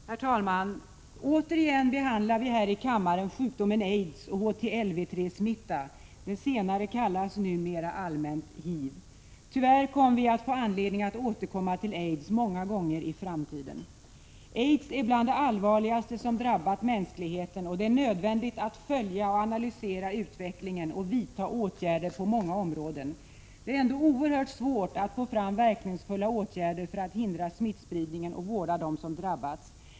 Herr talman! Återigen behandlar vi här i kammaren sjukdomen aids och HTLV-III-smitta. Det senare kallas numera allmänt HIV. Tyvärr kommer vi att få anledning att återkomma till aids många gånger i framtiden. Aids är bland det allvarligaste som drabbat mänskligheten, och det är nödvändigt att följa och analysera utvecklingen och vidta åtgärder på många områden. Det är ändå oerhört svårt att få fram verkningsfulla åtgärder för att hindra smittspridningen och vårda dem som drabbats.